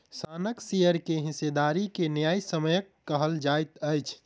संस्थानक शेयर के हिस्सेदारी के न्यायसम्य कहल जाइत अछि